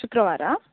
ಶುಕ್ರವಾರ